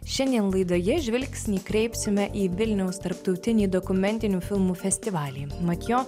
šiandien laidoje žvilgsnį kreipsime į vilniaus tarptautinį dokumentinių filmų festivalį mat jo